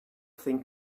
think